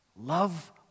Love